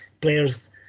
players